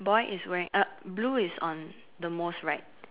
boy is wearing uh blue is on the most right